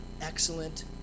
excellent